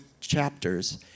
chapters